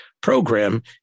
program